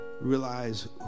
realize